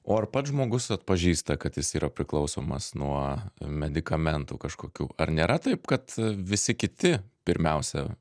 o ar pats žmogus atpažįsta kad jis yra priklausomas nuo medikamentų kažkokių ar nėra taip kad visi kiti pirmiausia